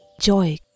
joy